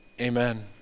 amen